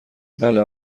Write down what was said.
بله